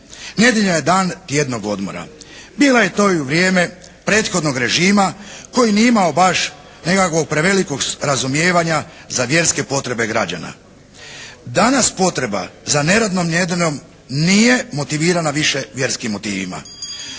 nedjelja je dan tjednog odmora. Bila je to i u vrijeme prethodnog režima koji nije imao baš nekakvog prevelikog razumijevanja za vjerske potrebe građana. Danas potreba za neradnom nedjeljom nije motivirana više vjerskim motivima.